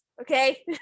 Okay